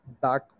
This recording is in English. back